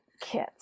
kits